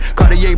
Cartier